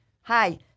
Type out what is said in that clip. Hi